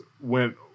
went